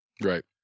Right